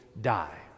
die